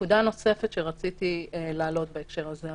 נקודה נוספת שרציתי להעלות בהקשר הזה,